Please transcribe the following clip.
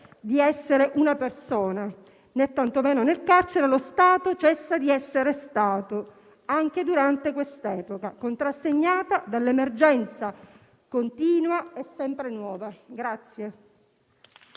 di essere una persona, né tantomeno nel carcere lo Stato cessa di essere Stato, anche durante quest'epoca contrassegnata dall'emergenza continua e sempre nuova.